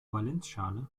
valenzschale